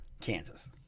Kansas